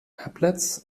applets